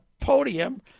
podium